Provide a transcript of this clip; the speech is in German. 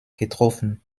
getroffen